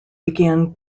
began